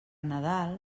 nadal